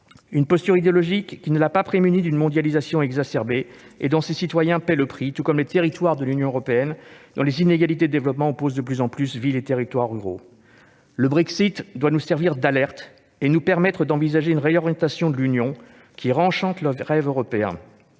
Cette posture idéologique ne l'a pas prémunie contre une mondialisation exacerbée dont ses citoyens paient le prix, tout comme les territoires de l'Union européenne dont les inégalités de développement opposent de plus en plus villes et territoires ruraux. Le Brexit doit nous servir d'alerte et nous permettre d'envisager une réorientation de l'Union européenne qui réenchante le rêve européen.